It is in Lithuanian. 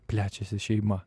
plečiasi šeima